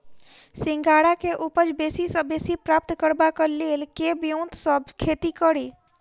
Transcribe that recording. सिंघाड़ा केँ उपज बेसी सऽ बेसी प्राप्त करबाक लेल केँ ब्योंत सऽ खेती कड़ी?